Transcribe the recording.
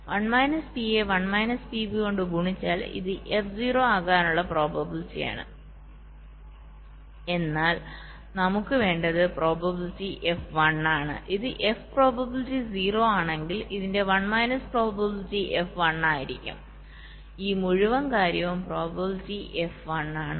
അതിനാൽ 1 മൈനസ് പിഎയെ 1 minus PB കൊണ്ട് ഗുണിച്ചാൽ ഇത് എഫ് 0 ആകാനുള്ള പ്രോബബിലിറ്റി ആണ് എന്നാൽ നമുക് വേണ്ടത് പ്രോബബിലിറ്റി എഫ് 1 ആണ് ഇത് എഫ് പ്രോബബിലിറ്റി 0 ആണെങ്കിൽ ഇതിന്റെ 1 മൈനസ് പ്രോബബിലിറ്റി f 1 ആയിരിക്കും ഈ മുഴുവൻ കാര്യവും പ്രോബബിലിറ്റി എഫ് 1ആണ്